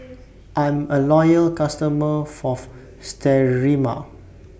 I'm A Loyal customer Fourth Sterimar